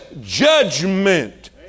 judgment